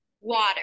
water